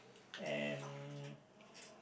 and